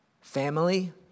family